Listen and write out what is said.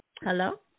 Hello